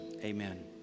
Amen